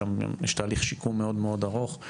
שם יש תהליך שיקום מאוד מאוד ארוך.